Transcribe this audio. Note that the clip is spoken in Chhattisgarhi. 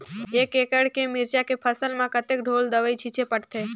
एक एकड़ के मिरचा के फसल म कतेक ढोल दवई छीचे पड़थे?